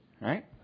right